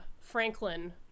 Franklin